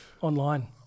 online